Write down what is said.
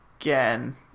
again